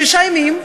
שישה ימים,